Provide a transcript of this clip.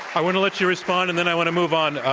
i want to let you respond, and then i want to move on,